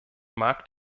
mag